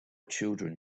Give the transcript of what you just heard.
children